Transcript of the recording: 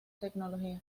tecnología